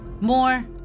More